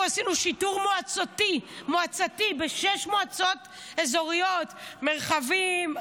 אנחנו עשינו שיטור מועצתי בשש מועצות אזוריות: מרחבים,